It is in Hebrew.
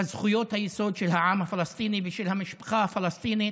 בזכויות היסוד של העם הפלסטיני ושל המשפחה הפלסטינית.